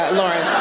lauren